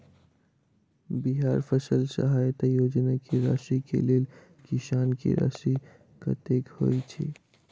बिहार फसल सहायता योजना की राशि केँ लेल किसान की राशि कतेक होए छै?